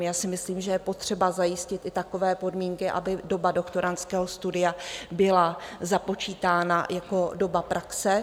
Já si myslím, že je potřeba zajistit i takové podmínky, aby doba doktorandského studia byla započítána jako doba praxe.